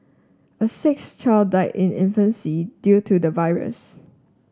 a sixth child died in infancy due to the virus